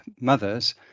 mothers